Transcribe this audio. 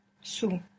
Su